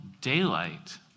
daylight